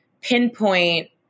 pinpoint